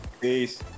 Peace